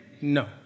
No